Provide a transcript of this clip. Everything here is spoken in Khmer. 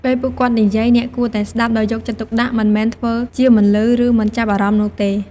ពេលពួកគាត់និយាយ អ្នកគួរតែស្ដាប់ដោយយកចិត្តទុកដាក់ មិនមែនធ្វើជាមិនឮ ឬមិនចាប់អារម្មណ៍នោះទេ។